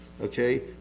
Okay